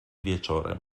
wieczorem